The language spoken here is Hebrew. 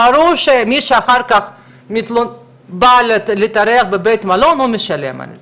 ברור שמי שאחר כך בא להתארח בבית מלון הוא משלם על זה.